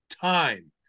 time